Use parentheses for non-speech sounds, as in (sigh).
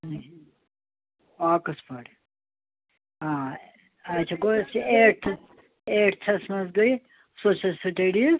(unintelligible) Oxford آچھا آچھا گوٚو یُس یہِ ایٚٹتھُک ایٚٹتھَس منٛز گٔے سوشَل سِٹیڈیٖز